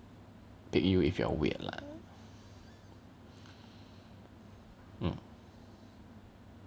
pick you if you are weird lah